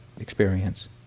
experience